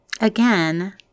Again